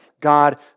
God